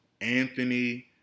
Anthony